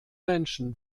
menschen